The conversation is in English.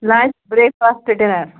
lunch break fast dinner